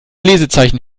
lesezeichen